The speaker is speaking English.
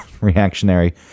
reactionary